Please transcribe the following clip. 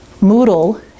Moodle